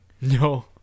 No